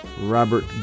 Robert